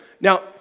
Now